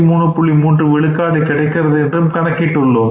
3 விழுக்காடு கிடைக்கிறது என்றும் கணக்கிட்டு உள்ளோம்